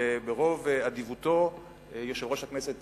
שברוב אדיבותו יושב-ראש הכנסת